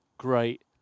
great